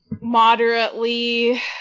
moderately